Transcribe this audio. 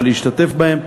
אבל להשתתף בהם.